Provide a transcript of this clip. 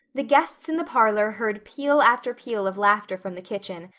the guests in the parlor heard peal after peal of laughter from the kitchen,